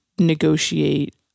negotiate